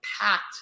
packed